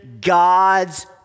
God's